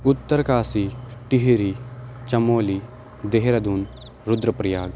Uttarkashi Tehri Chamoli Dehradun Rudraprayag